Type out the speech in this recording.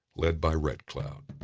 led by red cloud.